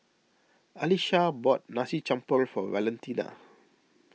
Alisha bought Nasi Campur for Valentina